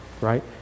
right